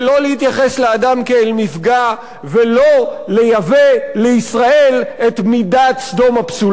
ולא להתייחס לאדם כאל מפגע ולא לייבא לישראל את מידת סדום הפסולה.